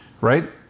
right